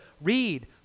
read